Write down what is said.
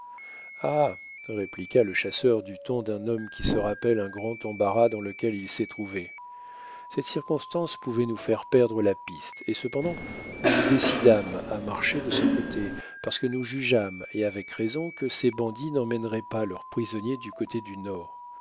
ah répliqua le chasseur du ton d'un homme qui se rappelle un grand embarras dans lequel il s'est trouvé cette circonstance pouvait nous faire perdre la piste et cependant nous nous décidâmes à marcher de ce côté parce que nous jugeâmes et avec raison que ces bandits n'emmèneraient pas leurs prisonniers du côté du nord